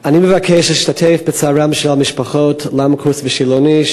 אני מבקש להשתתף בצערן של המשפחות למקוס ושילוני,